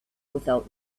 without